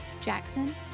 Jackson